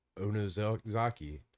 Onozaki